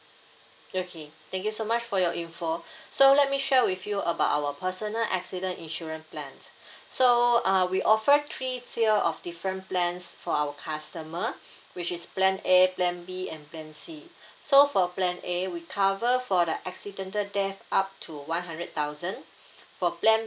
okay thank you so much for your info okay so let me share with you about our personal accident insurance plans so uh we offer three tier of different plans for our customer which is plan A plan B and plan C so for plan A we cover for the accidental death up to one hundred thousand for plan